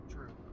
True